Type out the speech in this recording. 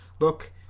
look